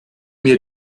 mir